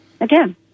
again